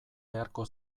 beharko